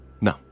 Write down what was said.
No